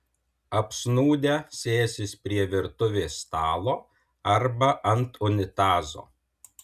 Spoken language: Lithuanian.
apsnūdę sėsis prie virtuvės stalo arba ant unitazo